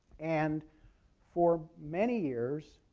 and for many years,